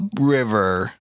river